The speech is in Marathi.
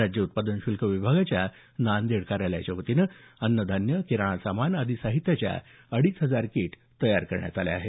राज्य उत्पादन श्ल्क विभागाच्या नांदेड कार्यालयाच्या वतीनं अन्नधान्य किराणा सामान आदी साहित्याच्या अडीच हजार किट तयार केल्या आहेत